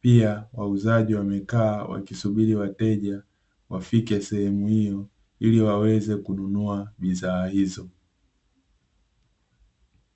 pia wauzaji wamekaa wakisubiri wateja wafike sehemu hiyo iliwaweze kununua bidhaa hizo.